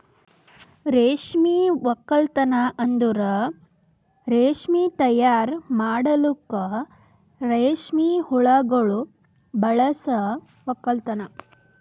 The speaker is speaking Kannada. ರೇಷ್ಮೆ ಒಕ್ಕಲ್ತನ್ ಅಂದುರ್ ರೇಷ್ಮೆ ತೈಯಾರ್ ಮಾಡಲುಕ್ ರೇಷ್ಮೆ ಹುಳಗೊಳ್ ಬಳಸ ಒಕ್ಕಲತನ